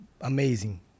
amazing